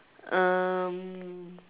um